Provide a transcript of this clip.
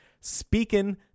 speaking